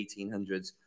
1800s